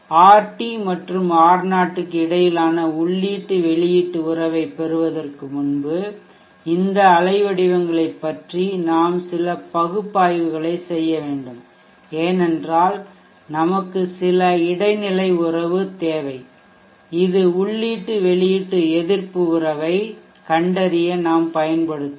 RT மற்றும் R0 க்கு இடையிலான உள்ளீட்டு வெளியீட்டு உறவைப் பெறுவதற்கு முன்பு இந்த அலைவடிவங்களைப் பற்றி நாம் சில பகுப்பாய்வுகளைச் செய்ய வேண்டும் ஏனென்றால் நமக்கு சில இடைநிலை உறவு தேவை இது உள்ளீட்டு வெளியீட்டு எதிர்ப்பு உறவைக் கண்டறிய நாம் பயன்படுத்துவோம்